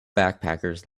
backpackers